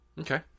Okay